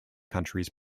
countries